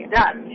done